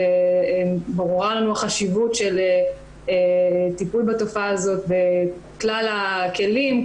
וברורה לנו החשיבות של הטיפול בתופעה הזו בכלל הכלים,